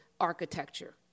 architecture